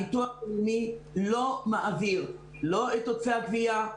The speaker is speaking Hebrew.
הביטוח הלאומי לא מעביר את תוצרי הגבייה,